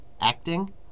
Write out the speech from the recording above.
Acting